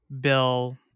Bill